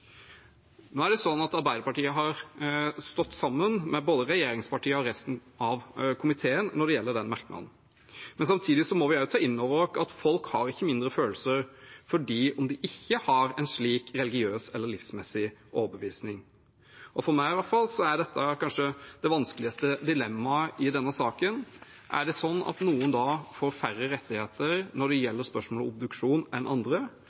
Arbeiderpartiet har stått sammen med både regjeringspartiene og resten av komiteen når det gjelder den merknaden, men samtidig må vi også ta inn over oss at folk ikke har mindre følelser selv om de ikke har en slik religiøs eller livssynsmessig overbevisning. For meg er dette kanskje det vanskeligste dilemmaet i denne saken: Er det sånn at noen da får færre rettigheter når det gjelder spørsmålet om obduksjon enn andre?